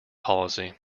policy